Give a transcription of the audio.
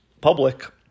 public